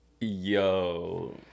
Yo